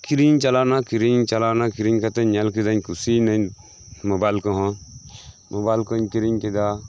ᱠᱤᱨᱤᱧ ᱤᱧ ᱪᱟᱞᱟᱣᱮᱱᱟ ᱠᱤᱨᱤᱧ ᱤᱧ ᱪᱟᱞᱟᱣᱮᱱᱟ ᱠᱤᱨᱤᱧ ᱠᱟᱛᱮᱧ ᱧᱮᱞ ᱠᱮᱫᱟᱹᱧ ᱠᱩᱥᱤᱭᱱᱟᱹᱧ ᱢᱚᱵᱟᱭᱤᱞ ᱠᱚᱦᱚᱸ ᱢᱚᱵᱟᱭᱤᱞ ᱠᱩᱧ ᱠᱤᱨᱤᱧ ᱠᱮᱫᱟ